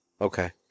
Okay